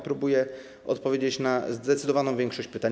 Spróbuję odpowiedzieć na zdecydowaną większość pytań.